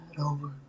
over